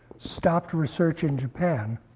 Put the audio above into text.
stopped research in japan,